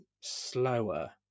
slower